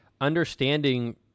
understanding